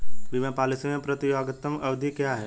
बीमा पॉलिसी में प्रतियोगात्मक अवधि क्या है?